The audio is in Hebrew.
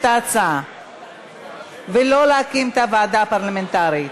ההצעה ולא להקים את הוועדה הפרלמנטרית.